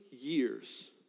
years